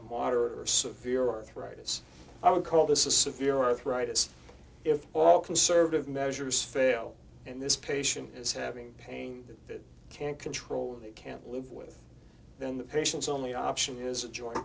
is water severe arthritis i would call this a severe arthritis if all conservative measures fail and this patient is having pain that it can't control they can't live with then the patient's only option is a joint